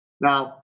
Now